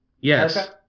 Yes